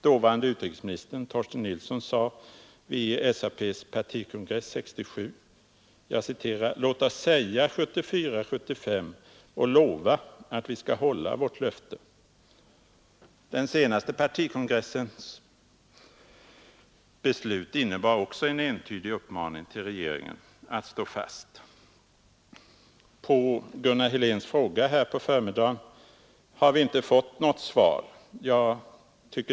Dåvarande utrikesministern Torsten Nilsson sade t.ex. vid SAP:s partikongress 1967: ” Låt oss säga 1974/75 och lova att vi skall hålla vårt löfte.” Den senaste partikongressens beslut innebar också en entydig uppmaning till regeringen att stå fast vid detta löfte. På Gunnar Heléns fråga här under förmiddagen har vi inte fått något svar.